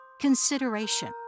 consideration